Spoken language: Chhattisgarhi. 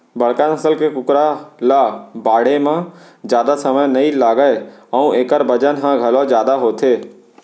बड़का नसल के कुकरा ल बाढ़े म जादा समे नइ लागय अउ एकर बजन ह घलौ जादा होथे